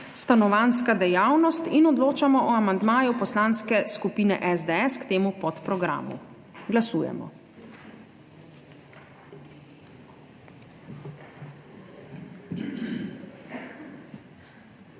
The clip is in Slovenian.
Stanovanjska dejavnost in odločamo o amandmaju Poslanske skupine SDS k temu podprogramu. Glasujemo.